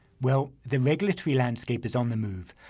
well, the regulatory landscape is on the move.